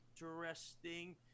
interesting